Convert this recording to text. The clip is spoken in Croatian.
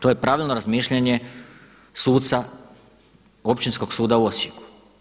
To je pravilno razmišljanje suca Općinskog suda u Osijeku.